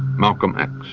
malcolm x,